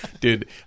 Dude